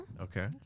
Okay